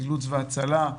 חילוץ והצלה,